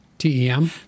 T-E-M